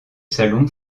salon